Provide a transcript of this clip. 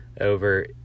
over